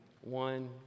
one